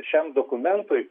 šiam dokumentui